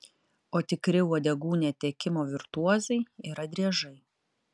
o tikri uodegų netekimo virtuozai yra driežai